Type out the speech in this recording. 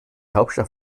hauptstadt